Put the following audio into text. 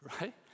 Right